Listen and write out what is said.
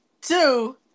two